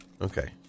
Okay